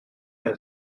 got